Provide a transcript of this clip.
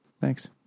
thanks